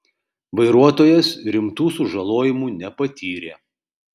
vairuotojas rimtų sužalojimų nepatyrė